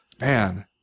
Man